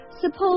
Suppose